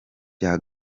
rya